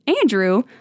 Andrew